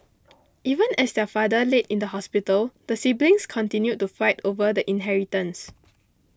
even as their father laid in the hospital the siblings continued to fight over the inheritance